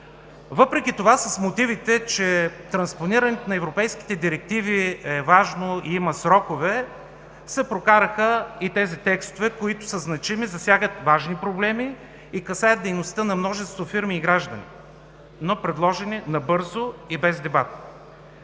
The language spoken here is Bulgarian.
Въпреки това, че с мотивите транспонирането на европейските директиви е важно и има срокове, се прокарват и тези текстове, които са значими, засягат важни проблеми и касаят дейността на множество фирми и граждани, но предложени набързо и без дебат.